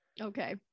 Okay